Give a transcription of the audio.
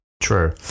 True